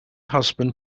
husband